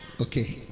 Okay